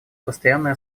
постоянной